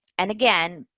and again,